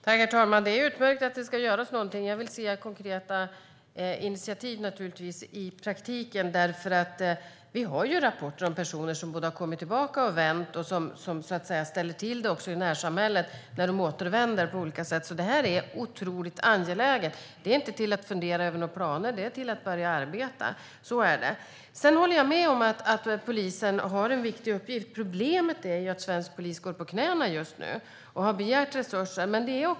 Herr talman! Det är utmärkt att det ska göras något. Jag vill se konkreta initiativ i praktiken. Vi har rapporter om personer som både har kommit tillbaka och vänt och som ställer till det i närsamhället när de återvänder. Detta är otroligt angeläget. Det är inte till att fundera över några planer, utan det är till att börja arbeta. Jag håller med om att polisen har en viktig uppgift. Problemet är att svensk polis går på knäna, och man har begärt resurser.